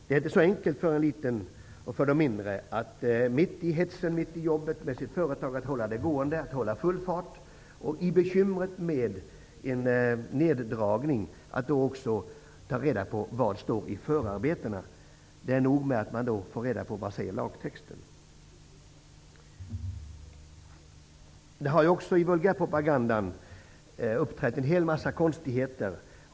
Det är inte så enkelt för småföretagarna att mitt i jobbet med att hålla i gång företaget också ta reda på vad som står i förarbetena. Det är nog med att ta reda på vad som står i lagtexten. I vulgärpropagandan har det uppträtt en massa konstigheter.